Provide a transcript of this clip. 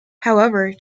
however